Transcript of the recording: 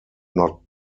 not